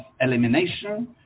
elimination